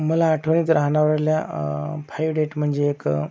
मला आठवणीत राहणावऱ्याला फाईव्ह डेट म्हणजे एक